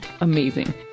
amazing